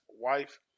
wife